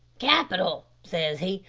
capital! says he.